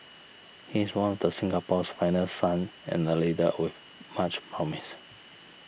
he is one of the Singapore's finest sons and a leader with much promise